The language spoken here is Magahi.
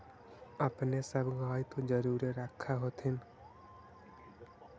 अपने सब गाय तो जरुरे रख होत्थिन?